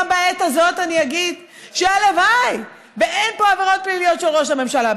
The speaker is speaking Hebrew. גם בעת הזאת אני אגיד שהלוואי שאין פה עבירות פליליות של ראש הממשלה,